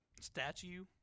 statue